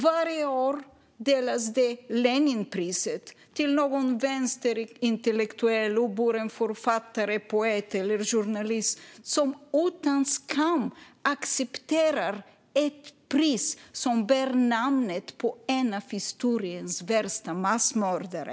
Varje år delas Leninpriset ut till någon vänsterintellektuell uppburen författare, poet eller journalist som utan skam accepterar ett pris som bär namnet på en av historiens värsta massmördare.